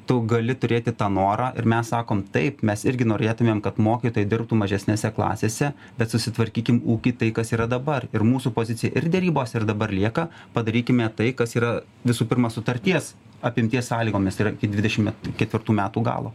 tu gali turėti tą norą ir mes sakom taip mes irgi norėtumėm kad mokytojai dirbtų mažesnėse klasėse bet susitvarkykim ūkį tai kas yra dabar ir mūsų pozicija ir derybos ir dabar lieka padarykime tai kas yra visų pirma sutarties apimties sąlygomis yra dvidešimt ketvirtų metų galo